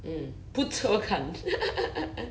mm 不错看